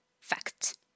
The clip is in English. fact